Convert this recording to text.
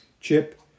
Chip